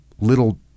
little